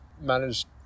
managed